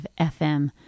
FM